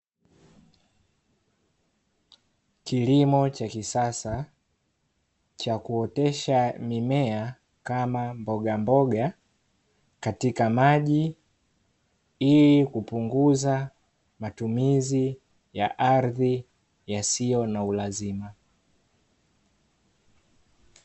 Kilimo cha kisasa cha kuotesha mimea kama: mbogamboga katika maji, ili kupunguza matumizi ya ardhi yasiyo na ulazima.